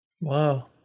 Wow